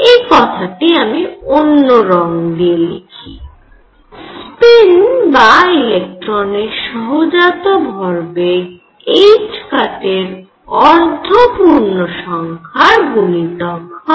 এই কথাটি আমি অন্য রঙ দিয়ে লিখি স্পিন বা ইলেকট্রনের সহজাত ভরবেগ এর অর্ধ পূর্ণসংখ্যার গুণিতক হয়